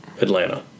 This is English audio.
Atlanta